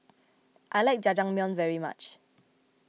I like Jajangmyeon very much